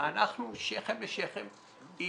אנחנו שכם לשכם עם